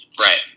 Right